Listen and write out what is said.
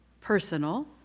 personal